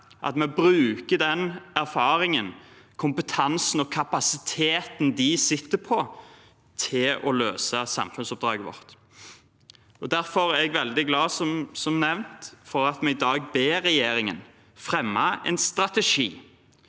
at vi bruker den erfaringen, kompetansen og kapasiteten de sitter på, til å løse samfunnsoppdraget vårt. Som nevnt er jeg derfor veldig glad for at vi i dag vil be regjeringen fremme en strategi